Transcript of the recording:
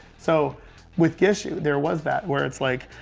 so with gish, there was that, where it's like,